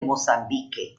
mozambique